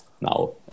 now